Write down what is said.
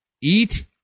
Eat